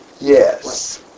Yes